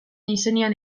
izenean